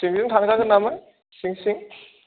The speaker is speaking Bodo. सिंजों थांजागोन नामा सिं सिं